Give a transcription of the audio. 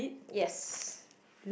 yes